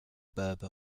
berber